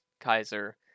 Kaiser